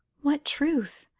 what truth?